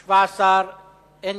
חוק רישוי עסקים (תיקון,